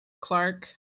Clark